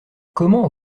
comment